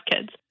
kids